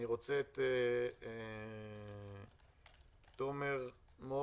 אני רוצה את תומר מור,